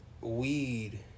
weed